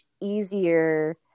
easier